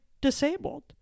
disabled